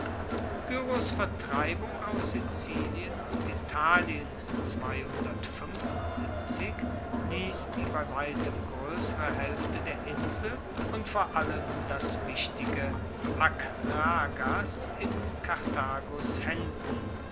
pyrrhos vertreibung aus sizilien und italien liess die bei weitem groessere haelfte der insel und vor allem das wichtige akragas in karthagos haenden